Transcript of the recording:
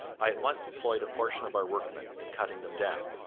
i at once employed a portion of our workmen in cutting them down,